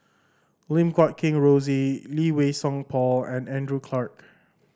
Lim Guat Kheng Rosie Lee Wei Song Paul and Andrew Clarke